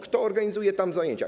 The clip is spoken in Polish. Kto organizuje tam zajęcia?